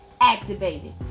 activated